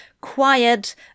quiet